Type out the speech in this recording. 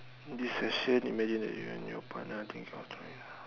this session imagine that you and your partner